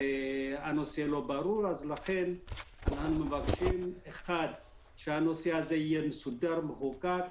והנושא לא ברור ולכן אנחנו מבקשים שהנושא הזה יהיה מסודר ומחוקק,